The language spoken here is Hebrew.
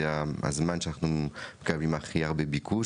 זה הזמן שאנחנו מקבלים הכי הרבה ביקוש.